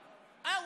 למשל,